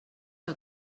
què